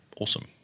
awesome